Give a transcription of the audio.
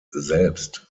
selbst